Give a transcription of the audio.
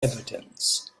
evidence